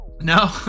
No